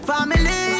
Family